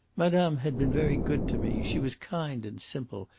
madame had been very good to me. she was kind and simple,